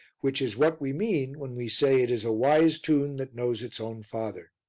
which is what we mean when we say it is a wise tune that knows its own father.